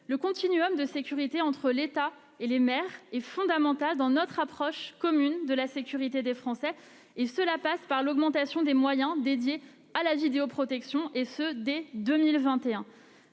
Le continuum de sécurité entre l'État et les maires est fondamental dans notre approche commune de la sécurité des Français. Cela passe par l'augmentation, dès 2021, des moyens dédiés à la vidéoprotection. C'est